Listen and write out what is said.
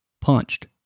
punched